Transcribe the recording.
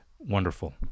wonderful